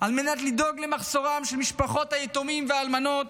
על מנת לדאוג למחסורן של משפחות היתומים והאלמנות.